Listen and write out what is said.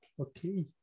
Okay